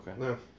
Okay